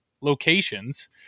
locations